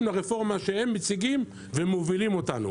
לרפורמה שהם מציגים ומובילים אותנו.